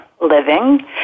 Living